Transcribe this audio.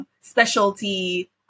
specialty